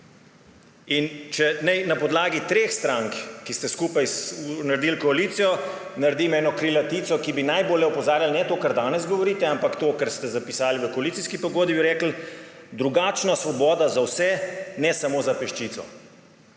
In če naj na podlagi treh strank, ki ste skupaj naredile koalicijo, naredim eno krilatico, ki bi najbolje opozarjala ne to, kar danes govorite, ampak to, kar ste zapisali v koalicijski pogodbi, bi rekli: Drugačna svoboda za vse ne samo za peščico.